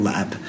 Lab